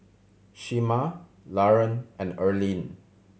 Shemar Laron and Erlene